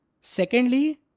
Secondly